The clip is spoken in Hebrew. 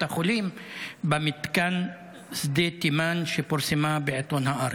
החולים במתקן שדה תימן שפורסמה בעיתון הארץ.